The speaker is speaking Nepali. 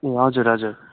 ए हजुर हजुर